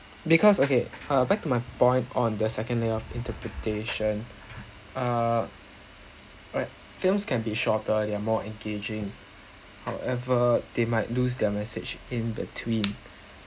because okay uh back to my point on the second layer of interpretation uh films alright can be shorter they're more engaging however they might lose their message in between